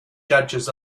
judges